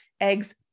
eggs